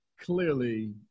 clearly